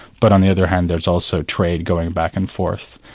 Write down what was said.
but on the other hand there's also trade going back and forth,